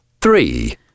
Three